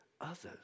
others